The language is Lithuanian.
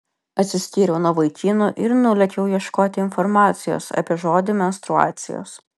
atsiskyriau nuo vaikinų ir nulėkiau ieškoti informacijos apie žodį menstruacijos